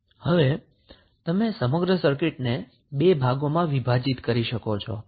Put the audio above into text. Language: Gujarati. હવે તમે સમગ્ર સર્કિટને 2 ભાગોમાં વિભાજિત કરી શકો છો